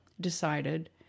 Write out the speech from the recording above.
decided